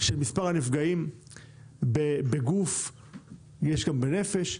של מספר הנפגעים בגוף ויש גם בנפש.